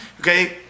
Okay